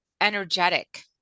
energetic